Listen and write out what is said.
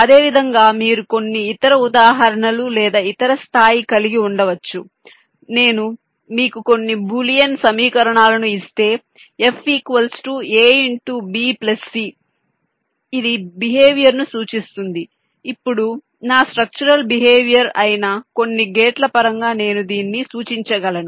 అదేవిధంగా మీరు కొన్ని ఇతర ఉదాహరణలు లేదా ఇతర స్థాయిని కలిగి ఉండవచ్చు నేను మీకు కొన్ని బూలియన్ సమీకరణాలను ఇస్తే f a b c ఇది బిహేవియర్ ను సూచిస్తుంది ఇప్పుడు నా స్ట్రక్చరల్ బిహేవియర్ అయిన కొన్ని గేట్ల పరంగా నేను దీన్ని సూచించగలను